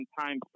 time